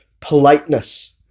politeness